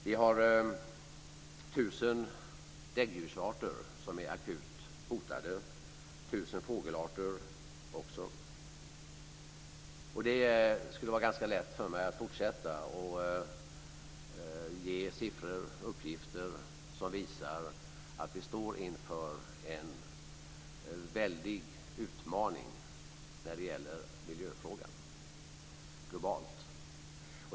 Vi har 1 000 däggdjursarter som är akut hotade, och också 1 000 fågelarter. Det skulle vara ganska lätt för mig att fortsätta att ge siffror och uppgifter som visar att vi står inför en väldig utmaning när det gäller miljöfrågan globalt.